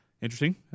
Interesting